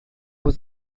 was